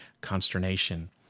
consternation